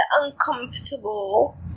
uncomfortable